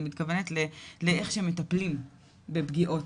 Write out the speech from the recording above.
אני מתכוונת גם לאיך שמטפלים בפגיעות.